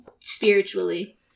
spiritually